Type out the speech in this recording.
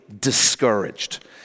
discouraged